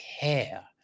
care